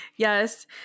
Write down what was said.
Yes